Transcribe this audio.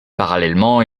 parallèlement